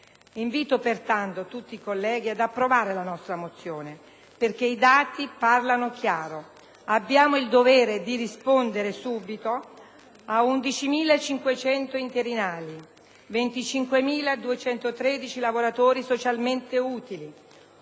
Invito, pertanto, tutti i colleghi a votare per la nostra mozione perché i dati parlano chiaro. Abbiamo il dovere di rispondere subito a 11.500 interinali, 25.213 lavoratori socialmente utili,